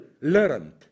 learned